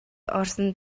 орсон